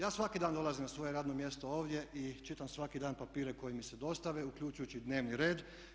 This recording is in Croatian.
Ja svaki dan dolazim na svoje radno mjesto ovdje i čitam svaki dan papire koji mi se dostave, uključujući i dnevni red.